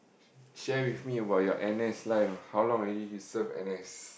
share with me about your N_S life ah how long already you serve N_S